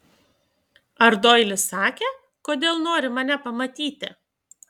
ar doilis sakė kodėl nori mane pamatyti